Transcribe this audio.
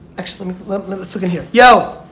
actually, let's look let's look at here. yo,